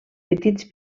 petits